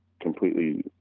completely